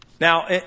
Now